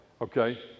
okay